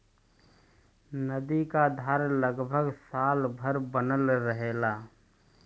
नदी क धार लगभग साल भर बनल रहेला